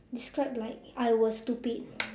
describe like I was stupid